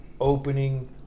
opening